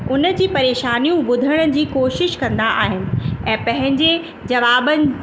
उनजी परेशानियूं ॿुधण जी कोशिश कंदा आहिनि ऐं पंहिंजे जवाबनि